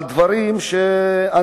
על דברים שאני,